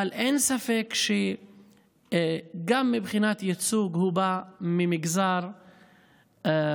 אבל אין ספק שגם מבחינת ייצוג הוא בא ממגזר מוגדר,